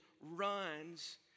runs